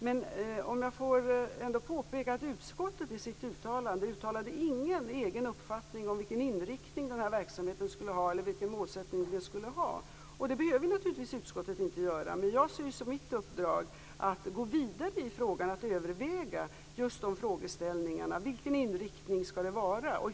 Men jag vill påpeka att utskottet i sitt uttalande inte nämnde någon egen uppfattning om vilken inriktning eller vilken målsättning verksamheten skulle ha. Det behöver naturligtvis utskottet inte göra. Men jag ser det som mitt uppdrag att gå vidare och att överväga just de frågeställningarna: Vilken inriktning skall det vara?